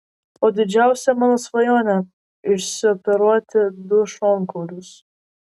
o didžiausia mano svajonė išsioperuoti du šonkaulius